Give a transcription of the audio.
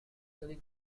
really